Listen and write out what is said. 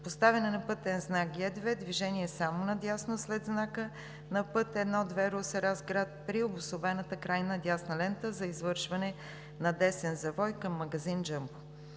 поставяне на пътен знак „Г2“ – движение само надясно след знака на път І-2 Русе – Разград при обособената крайна дясна лента за извършване на десен завой към магазин „Джъмбо“.